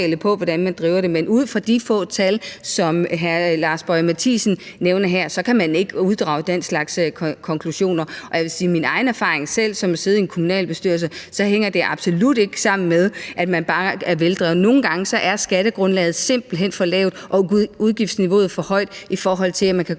på, hvordan man driver det, men ud fra de få tal, som hr. Lars Boje Mathiesen nævner her, kan man ikke uddrage den slags konklusioner. Jeg vil sige med min egen erfaring fra at sidde i en kommunalbestyrelse, at det absolut ikke hænger sammen med, om kommunen bare er veldreven. Nogle gange er skattegrundlaget simpelt hen for lavt og udgiftsniveauet for højt i forhold til, at man kan